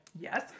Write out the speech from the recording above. Yes